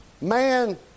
man